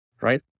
right